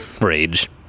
rage